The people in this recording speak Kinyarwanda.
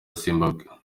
zimbabwe